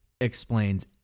explains